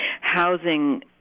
Housing